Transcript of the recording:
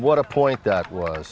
what a point that was